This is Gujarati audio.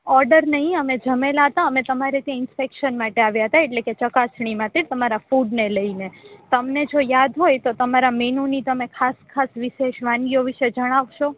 ઓડર નઇ અમે જમેલા હતા અમે તમારે ત્યાં ઇન્સ્પેક્શન માટે આવ્યા તા એટલે કે ચકાસણી માટે તમારા ફૂડને લઇને તમને જો યાદ હોય તો તમારા મેનુની તમે ખાસ ખાસ વિશેષ વાનગીઓ વિષે જણાવશો